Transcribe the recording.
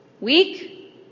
Week